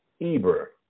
Eber